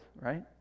right